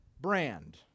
brand